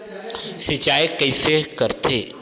सिंचाई कइसे करथे?